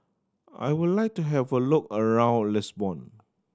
I would like to have a look around Lisbon